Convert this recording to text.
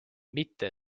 mitte